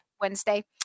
Wednesday